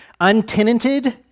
untenanted